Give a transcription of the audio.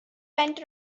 went